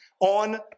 on